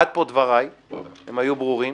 עד פה דבריי, הם היו ברורים.